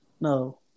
No